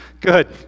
Good